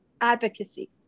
advocacy